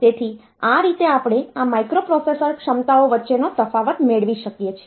તેથી આ રીતે આપણે આ માઇક્રોપ્રોસેસર ક્ષમતાઓ વચ્ચેનો તફાવત મેળવી શકીએ છીએ